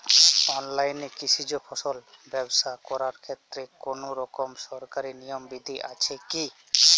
অনলাইনে কৃষিজ ফসল ব্যবসা করার ক্ষেত্রে কোনরকম সরকারি নিয়ম বিধি আছে কি?